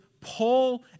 Paul